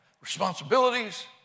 responsibilities